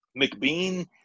McBean